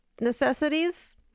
Necessities